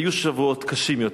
היו שבועות קשים יותר,